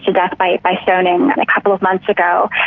death by by stoning and a couple of months ago.